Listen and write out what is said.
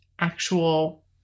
actual